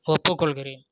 ஒப்புக் கொள்கிறேன்